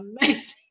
amazing